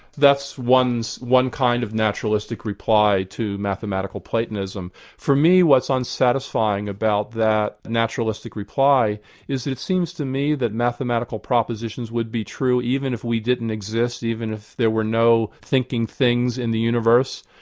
that's one kind of naturalistic reply to mathematical platonism. for me, what's unsatisfying about that naturalistic reply is it it seems to me that mathematical propositions would be true even if we didn't exist, even if there were no thinking things in the universe.